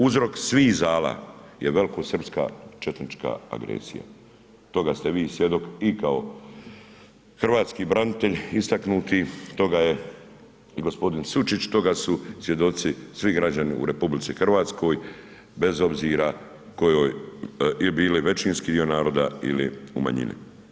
Uzrok svih zala je velikosrpska četnička agresija, toga ste vi svjedok i kao hrvatski branitelj istaknuti, toga je i gospodin Sučić, toga su svjedoci svi građani u Republici Hrvatskoj bez obzira jel' bili većinski dio naroda ili u manjini.